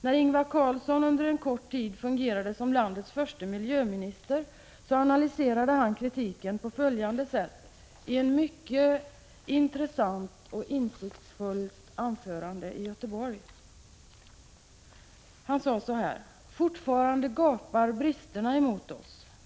När Ingvar Carlsson under en kort tid fungerade som landets förste miljöminister analyserade han kritiken på följande sätt i ett mycket intressant och insiktsfullt anförande i Göteborg: Fortfarande gapar bristerna emot oss.